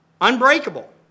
unbreakable